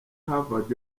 havard